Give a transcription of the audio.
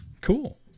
Cool